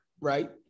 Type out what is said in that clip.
right